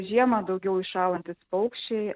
žiemą daugiau įšąlantys paukščiai